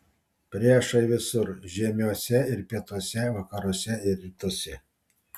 priešai visur žiemiuose ir pietuose vakaruose ir rytuose